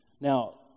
Now